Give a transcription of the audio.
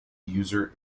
user